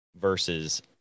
versus